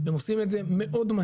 הם עושים מהר מאוד.